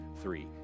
three